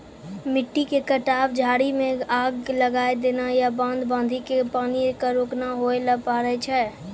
मिट्टी के कटाव, झाड़ी मॅ आग लगाय देना या बांध बांधी कॅ पानी क रोकना होय ल पारै छो